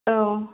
औ